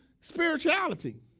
spirituality